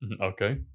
Okay